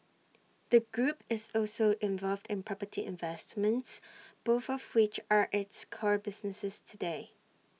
the group is also involved in property investments both of which are its core businesses today